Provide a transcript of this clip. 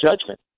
judgment